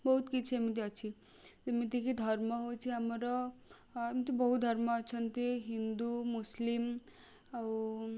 ବହୁତ କିଛି ଏମିତି ଅଛି ଯେମିତି କି ଧର୍ମ ହେଉଛି ଆମର ଏମିତି ବହୁତ ଧର୍ମ ଅଛନ୍ତି ହିନ୍ଦୁ ମୁସଲିମ୍ ଆଉ